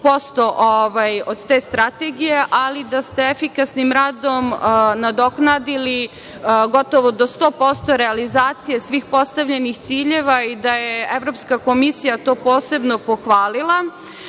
20% od te strategije, ali da ste efikasnim radom nadoknadili gotovo do 100% realizacije svih postavljenih ciljeva i da je Evropska komisija to posebno pohvalila,